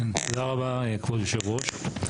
תודה רבה, כבוד יושב הראש.